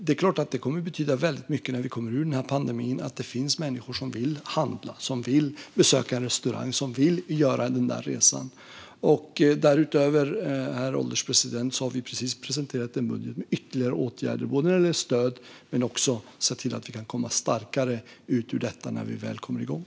Det kommer att betyda väldigt mycket när vi kommer ur pandemin att det finns människor som vill handla, besöka en restaurang och göra den där resan, Därutöver, herr ålderspresident, har vi precis presenterat en budget med ytterligare åtgärder. Det gäller både stöd och att se till att vi kan komma ur detta starkare när vi väl kommer igång.